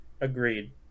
Agreed